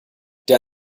der